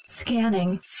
scanning